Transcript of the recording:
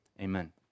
amen